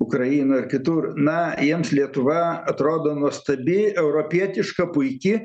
ukrainoj ir kitur na jiems lietuva atrodo nuostabi europietiška puiki